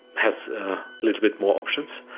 has a little bit more options,